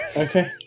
okay